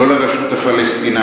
לא לרשות הפלסטינית,